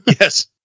Yes